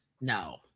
No